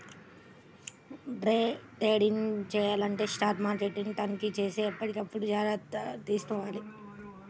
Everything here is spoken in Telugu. డే ట్రేడింగ్ చెయ్యాలంటే స్టాక్ మార్కెట్ని తనిఖీచేసి ఎప్పటికప్పుడు జాగర్తలు తీసుకోవాలి